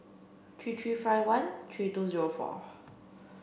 three three five one three two zero four